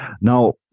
Now